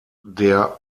der